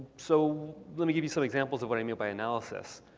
so let me give you some examples of what i mean by analysis.